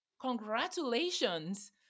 Congratulations